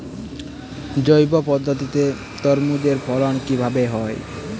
জৈব পদ্ধতিতে তরমুজের ফলন কিভাবে হয়?